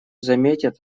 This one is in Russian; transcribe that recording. заметят